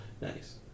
Nice